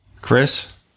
Chris